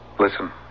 Listen